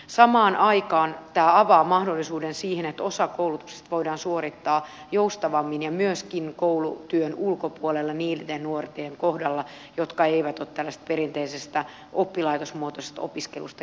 samaan aikaan tämä avaa mahdollisuuden siihen että osa koulutuksesta voidaan suorittaa joustavammin ja myöskin koulutyön ulkopuolella niiden nuorten kodalla jotka eivät ole tällaisesta perinteisestä oppilaitosmuotoisesta opiskelusta kiinnostuneita